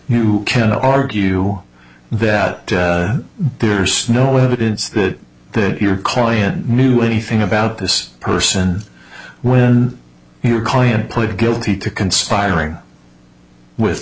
you can argue that there's no evidence that your client knew anything about this person when your client point guilty to conspiring with